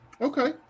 Okay